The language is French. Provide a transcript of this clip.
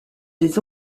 des